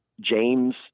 James